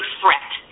threat